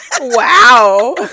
Wow